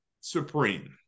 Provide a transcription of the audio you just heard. Supreme